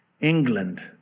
England